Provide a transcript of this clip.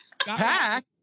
pack